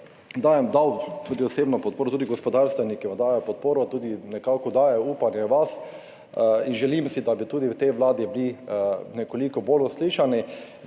tudi osebno podporo, tudi gospodarstveniki vam dajejo podporo, tudi nekako polagajo upe na vas in želim si, da bi tudi v tej vladi bili nekoliko bolj slišani.